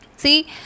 See